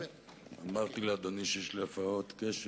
אמרתי לאדוני שיש לי הפרעות קשב,